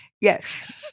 Yes